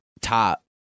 top